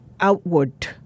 Outward